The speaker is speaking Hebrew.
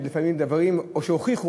או שהוכיחו,